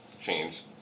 change